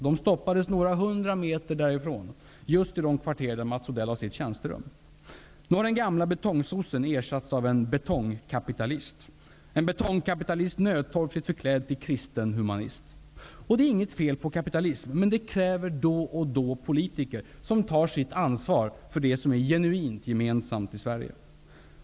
De stoppades några hundra meter därifrån, just i de kvarter där Mats Odell har sitt tjänsterum. Nu har den gamla betongsossen ersatts av en betongkapitalist, en betongkapitalist nödtorftigt förklädd till kristen humanist. Och det är inget fel på kapitalism, men den kräver då och då politiker som tar sitt ansvar för det som är genuint gemensamt i Sverige.